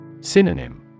Synonym